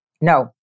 No